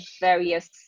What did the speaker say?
various